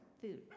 food